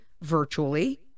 virtually